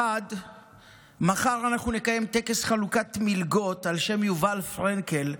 1. מחר אנחנו נקיים טקס חלוקת מלגות על שם יובל פרנקל,